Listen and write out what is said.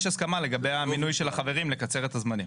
יש הסכמה לגבי המינוי של החברים לקצר את הזמנים.